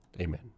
Amen